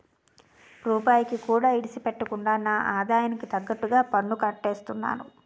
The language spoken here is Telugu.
రూపాయికి కూడా ఇడిసిపెట్టకుండా నా ఆదాయానికి తగ్గట్టుగా పన్నుకట్టేస్తున్నారా